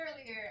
earlier